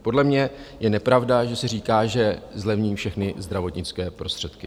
Podle mě je nepravda, že si říká, že zlevní všechny zdravotnické prostředky.